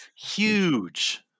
huge